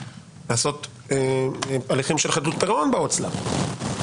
לעשות הליכים של חדלות פירעון בהוצאה לפועל,